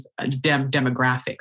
demographics